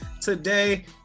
today